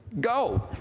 Go